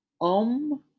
Om